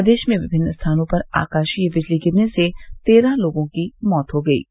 प्रदेश में विभिन्न स्थानों पर आकाशीय बिजली गिरने से तेरह लोगों की मौत हो गयी है